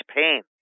pain